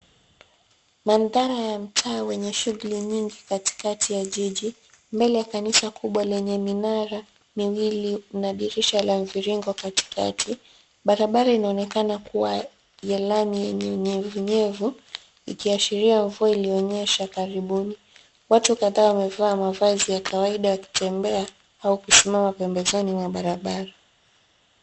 Maanthari ya mtaa wenye shughuli nyingi katikati ya jiji mbele ya kanisa kubwa lenye minara miwili na dirisha la mviringo katikati. Barabara inaonekana kuwa ya lami yenye unyevunyevu ikiashiria mvua iliyonyesha karibuni. Watu kadhaa wamevaa mavazi ya kawaida wakitembea au kusimama pembezoni mwa barabara.